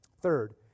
Third